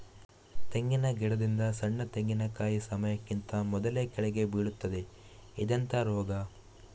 ತೆಂಗಿನ ಗಿಡದಿಂದ ಸಣ್ಣ ತೆಂಗಿನಕಾಯಿ ಸಮಯಕ್ಕಿಂತ ಮೊದಲೇ ಕೆಳಗೆ ಬೀಳುತ್ತದೆ ಇದೆಂತ ರೋಗ?